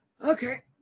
Okay